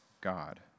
God